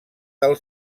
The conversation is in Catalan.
del